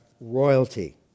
royalty